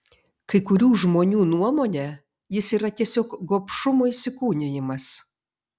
kai kurių žmonių nuomone jis yra tiesiog gobšumo įsikūnijimas